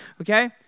Okay